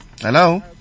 hello